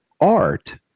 art